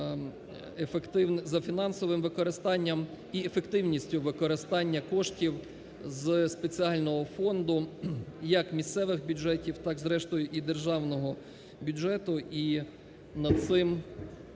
за фінансовим використанням і ефективністю використання коштів з спеціального фонду як місцевих бюджетів, так, зрештою, і державного бюджету, і нам цим